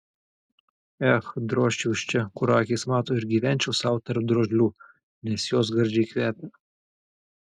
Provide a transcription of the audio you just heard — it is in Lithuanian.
ech drožčiau iš čia kur akys mato ir gyvenčiau sau tarp drožlių nes jos gardžiai kvepia